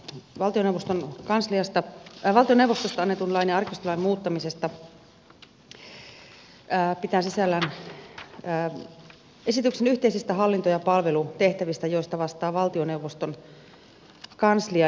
tämä hallituksen esitys valtioneuvostosta annetun lain ja arkistolain muuttamisesta pitää sisällään esityksen yhteisistä hallinto ja palvelutehtävistä joista vastaa valtioneuvoston kanslia